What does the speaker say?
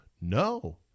No